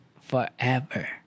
forever